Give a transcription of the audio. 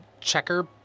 checker